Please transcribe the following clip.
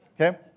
Okay